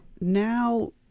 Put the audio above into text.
Now